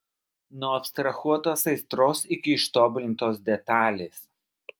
nuo abstrahuotos aistros iki ištobulintos detalės